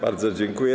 Bardzo dziękuję.